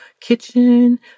kitchen